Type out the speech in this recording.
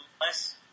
less